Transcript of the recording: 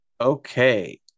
Okay